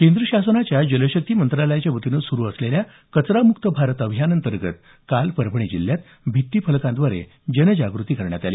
केंद्र शासनाच्या जलशक्ती मंत्रालयाच्या वतीनं सुरु असलेल्या कचरा मुक्त भारत अभियानाअंतर्गत काल परभणी जिल्ह्यात भित्तीफलकांद्वारे जनजागृती करण्यात आली